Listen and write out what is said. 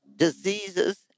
diseases